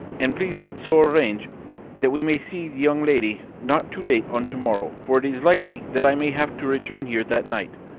and please it so arrange that we may see the young lady not too late on to-morrow, for it is likely that i may have to return here that night.